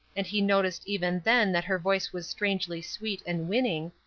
and he noticed even then that her voice was strangely sweet and winning,